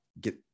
get